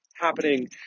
happening